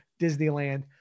Disneyland